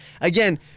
again